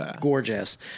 gorgeous